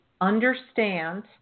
understand